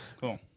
Cool